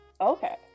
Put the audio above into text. Okay